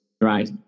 right